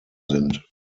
sind